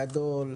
גדול,